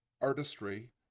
artistry